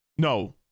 No